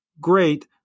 great